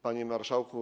Panie Marszałku!